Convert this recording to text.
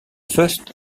first